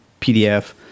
PDF